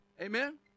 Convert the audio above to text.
Amen